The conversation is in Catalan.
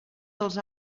dels